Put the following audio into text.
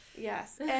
Yes